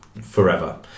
forever